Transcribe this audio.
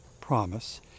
promise